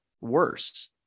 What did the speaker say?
worse